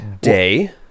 Day